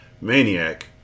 Maniac